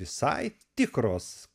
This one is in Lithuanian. visai tikros